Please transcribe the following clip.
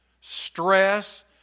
stress